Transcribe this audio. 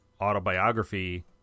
autobiography